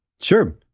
sure